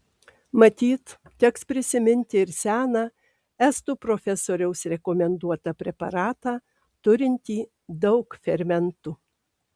matyt teks prisiminti ir seną estų profesoriaus rekomenduotą preparatą turintį daug fermentų